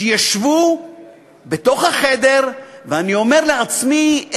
שישבו בתוך החדר ואני אומר לעצמי,